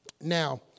Now